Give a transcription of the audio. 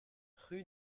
rue